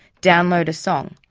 download a song?